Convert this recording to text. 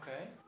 okay